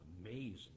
amazing